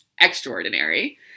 extraordinary